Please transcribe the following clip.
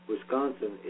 Wisconsin